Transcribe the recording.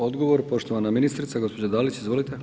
Odgovor poštovana ministrica gospođa Dalić, izvolite.